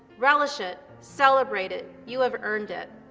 relish it, celebrate it. you have earned it.